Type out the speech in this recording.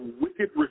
wicked